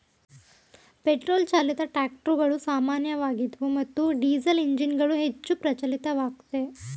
petrol ಚಾಲಿತ ಟ್ರಾಕ್ಟರುಗಳು ಸಾಮಾನ್ಯವಾಗಿದ್ವು ಮತ್ತು ಡೀಸೆಲ್ಎಂಜಿನ್ಗಳು ಹೆಚ್ಚು ಪ್ರಚಲಿತವಾಗಯ್ತೆ